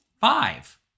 five